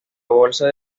bolsa